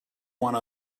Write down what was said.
one